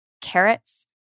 carrots